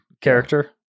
character